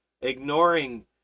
ignoring